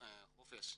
השלטון נותן חופש.